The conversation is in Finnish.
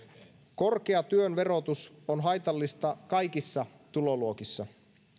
korkea työn verotus on haitallista kaikissa tuloluokissa